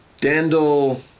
Dandel